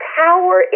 power